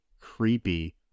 creepy